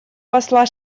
посла